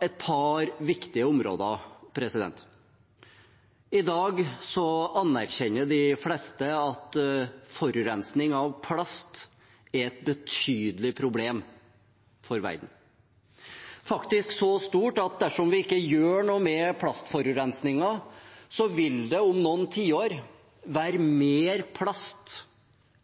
et par viktige områder. I dag anerkjenner de fleste at plastforurensning er et betydelig problem for verden, faktisk så stort at dersom vi ikke gjør noe med plastforurensningen, vil det om noen tiår være mer plast